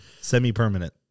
semi-permanent